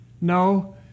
no